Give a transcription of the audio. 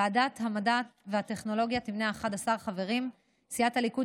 ועדת המדע והטכנולוגיה תמנה 11 חברים: סיעת הליכוד,